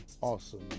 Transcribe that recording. awesome